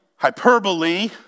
Hyperbole